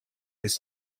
his